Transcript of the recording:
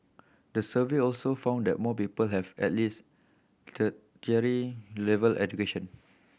the survey also found that more people have at least level education